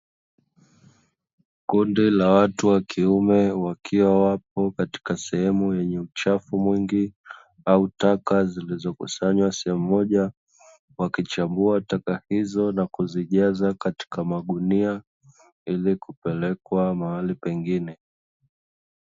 Kundi la watu wa kiume, wakiwa wako katika sehemu yenye uchafu mwingi au taka zilizokusanywa sehemu moja, wakichambua taka hizo wakijaza katika magunia, ili kupelekwa mahali pengine.